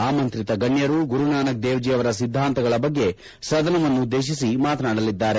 ಆಮಂತ್ರಿತ ಗಣ್ಯರು ಗುರುನಾನಕ್ ದೇವ್ಜಿ ಅವರ ಸಿದ್ದಾಂತಗಳ ಬಗ್ಗೆ ಸದನವನ್ನುದ್ದೇಶಿಸಿ ಮಾತನಾಡಲಿದ್ದಾರೆ